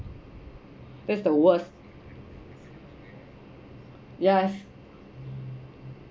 that's the worst yeah